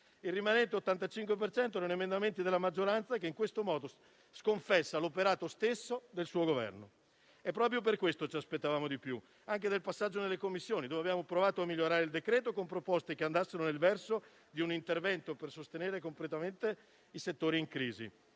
il rimanente 85 per cento erano della maggioranza, che in questo modo sconfessa l'operato stesso del suo Governo. Proprio per questo ci aspettavamo di più, anche dal passaggio nelle Commissioni, in cui abbiamo provato a migliorare il provvedimento, con proposte che andassero nel verso di un intervento per sostenere completamente i settori in crisi